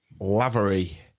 Lavery